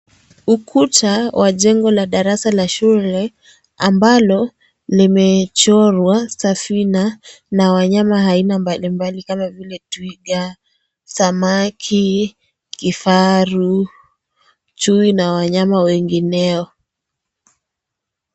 Ukuta wa jengo la darasa la shule ambalo limechorwa taswina na wanyama mbali mbali kama vile twiga, samaki, kifaru, chui na wanyama wengineo.